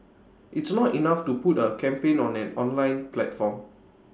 it's not enough to put A campaign on an online platform